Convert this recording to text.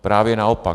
Právě naopak.